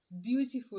beautiful